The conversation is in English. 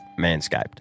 Manscaped